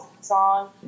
song